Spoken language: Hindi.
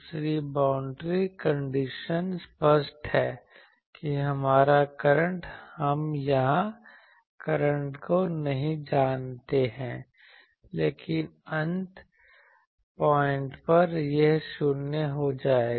दूसरी बाउंड्री कंडीशन स्पष्ट है कि हमारा करंट हम यहां करंट को नहीं जानते हैं लेकिन अंत पॉइंट पर यह शून्य हो जाएगा